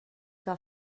que